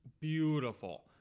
Beautiful